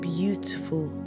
beautiful